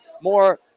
more